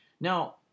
Now